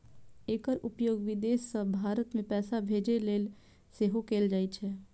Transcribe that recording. एकर उपयोग विदेश सं भारत मे पैसा भेजै लेल सेहो कैल जाइ छै